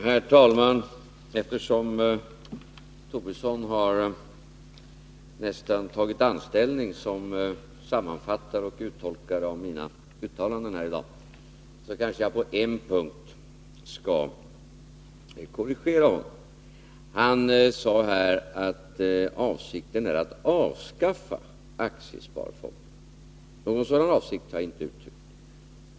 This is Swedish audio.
Herr talman! Eftersom herr Tobisson nästan har tagit anställning som sammanfattare och uttolkare av mina uttalanden här i dag, kanske jag på en punkt skall korrigera honom. Han sade att avsikten är att avskaffa aktiesparfonderna. Någon sådan avsikt har jag inte uttryckt.